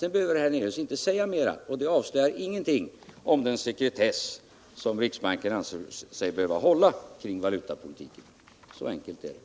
Sedan behöver herr Hernelius inte säga mer, och det skulle inte avslöja någonting om den sekretess som riksbanken anser sig behöva hålla kring valutapolitiken. Så enkelt är det.